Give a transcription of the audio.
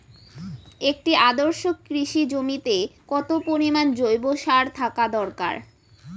একটি আদর্শ কৃষি জমিতে কত পরিমাণ জৈব সার থাকা দরকার?